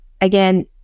Again